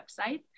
website